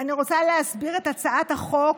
אני רוצה להסביר את הצעת החוק.